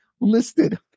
listed